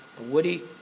Woody